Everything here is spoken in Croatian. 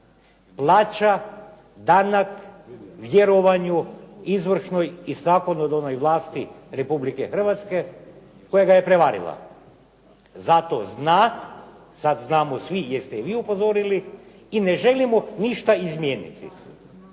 plaća danak vjerovanju izvršnoj i zakonodavnoj vlasti Republike Hrvatske koja ga je prevarila. Zato zna, sad znamo svi jer ste i vi upozorili i ne želimo ništa izmijeniti.